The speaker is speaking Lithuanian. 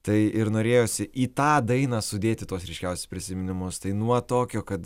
tai ir norėjosi į tą dainą sudėti tuos ryškiausius prisiminimus tai nuo tokio kad